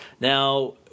Now